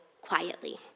quietly